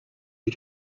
you